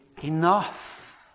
enough